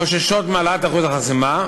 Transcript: חוששות מהעלאת אחוז החסימה.